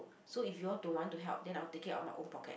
so if you all don't want to help then I will take it out of my own pocket